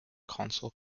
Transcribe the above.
console